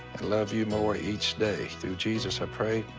love you more each day, through jesus, i pray.